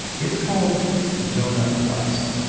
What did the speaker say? it's called zona plus.